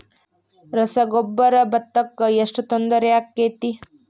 ರಸಗೊಬ್ಬರ, ಭತ್ತಕ್ಕ ಎಷ್ಟ ತೊಂದರೆ ಆಕ್ಕೆತಿ?